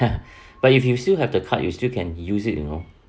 but if you still have the card you still can use it you know